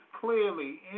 clearly